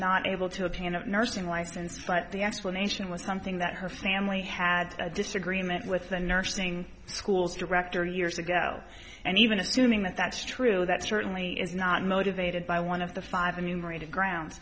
not able to obtain a nursing license but the explanation was something that her family had a disagreement with the nursing schools director years ago and even assuming that that's true that certainly is not motivated by one of the five